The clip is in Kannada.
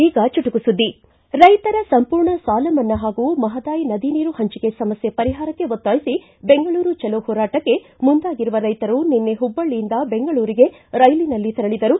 ಈಗ ಚುಟುಕು ಸುದ್ಗಿ ರೈತರ ಸಂಪೂರ್ಣ ಸಾಲ ಮನ್ನಾ ಹಾಗೂ ಮಹದಾಯಿ ನದಿ ನೀರು ಹಂಚಿಕೆ ಸಮಸ್ಥೆ ಪರಿಹಾರಕ್ಷೆ ಒತ್ತಾಯಿಸಿ ಬೆಂಗಳೂರು ಚಲೋ ಹೋರಾಟಕ್ಕೆ ಮುಂದಾಗಿರುವ ರೈತರು ನಿನ್ನೆ ಹುಬ್ಬಳ್ಳಿಯಿಂದ ಬೆಂಗಳೂರಿಗೆ ರೈಲಿನಲ್ಲಿ ತೆರಳದರು